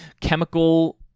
chemical